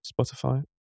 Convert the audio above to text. Spotify